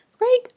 Right